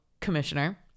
commissioner